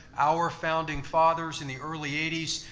our founding fathers, in the early eighty s,